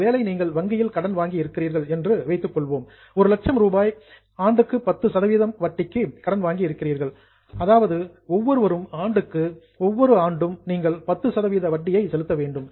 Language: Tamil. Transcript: ஒருவேளை நீங்கள் வங்கியில் கடன் வாங்கி இருக்கிறீர்கள் என்று வைத்துக்கொள்வோம் 1 லட்சம் ரூபாய் பர் ஆணம் ஆண்டுக்கு 10 சதவீத வட்டிக்கு கடன் வாங்கி இருக்கிறீர்கள் அதாவது ஒவ்வொரு ஆண்டும் நீங்கள் 10 சதவீத வட்டி செலுத்த வேண்டும்